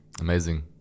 amazing